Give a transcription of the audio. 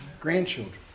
grandchildren